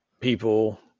people